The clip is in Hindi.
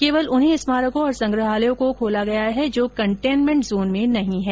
केवल उन्हीं स्मारकों और संग्रहालयों को खोला गया है जो कंटेनमेंट जोन में नही है